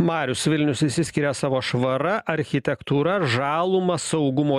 marius vilnius išsiskiria savo švara architektūra žaluma saugumo